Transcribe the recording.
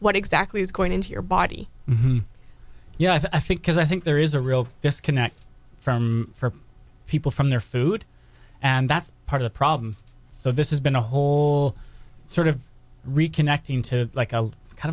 what exactly is going into your body you know i think because i think there is a real disconnect from from people from their food and that's part of the problem so this has been a whole sort of reconnecting to like a kind